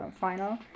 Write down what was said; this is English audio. final